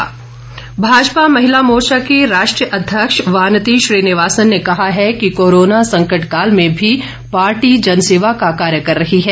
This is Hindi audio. भाजपा बैठक भाजपा महिला मोर्चा की राष्ट्रीय अध्यक्ष वानती श्रीनिवासन ने कहा है कि कोरोना संकट काल में भी पार्टी जनसेवा का कार्य कर रही है